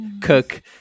cook